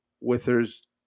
withers